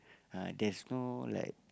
uh there's no like